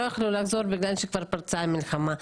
הם לא יכלו לחזור בגלל שפרצה המלחמה.